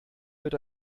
wird